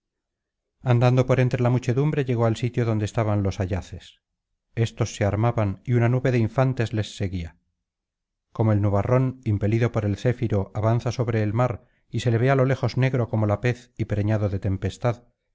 andando por entre la muchedumbre llegó al sitio donde estaban los ayaces estos se armaban y una nube de infantes les seguía como el nubarrón impelido por el céfiro avanza sobre el mar y se le ve á lo lejos negro como la pez y preñado de tempestad